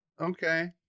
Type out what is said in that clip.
okay